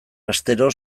astero